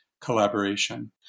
collaboration